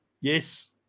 Yes